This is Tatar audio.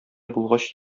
булгач